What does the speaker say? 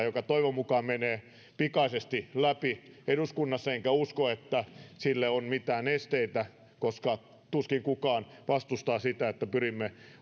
joka toivon mukaan menee pikaisesti läpi eduskunnassa enkä usko että sille on mitään esteitä koska tuskin kukaan vastustaa sitä että pyrimme